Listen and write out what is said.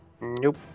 nope